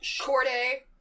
Corday